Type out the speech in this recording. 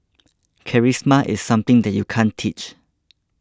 charisma is something that you can't teach